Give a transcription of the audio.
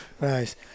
Nice